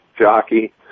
jockey